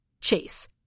Chase